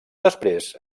després